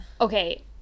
Okay